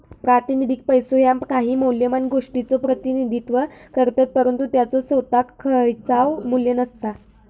प्रातिनिधिक पैसो ह्या काही मौल्यवान गोष्टीचो प्रतिनिधित्व करतत, परंतु त्याचो सोताक खयचाव मू्ल्य नसता